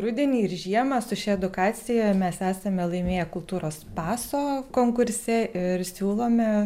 rudenį ir žiemą su šia edukacija mes esame laimėję kultūros paso konkurse ir siūlome